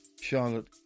Charlotte